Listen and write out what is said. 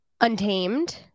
untamed